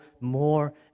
more